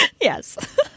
Yes